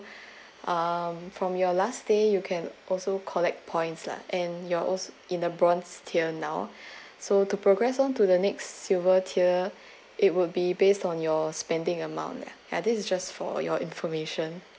um from your last day you can also collect points lah and you're also in a bronze tier now so to progress onto the next silver tier it would be based on your spending amount and this is just for your information